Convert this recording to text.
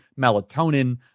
melatonin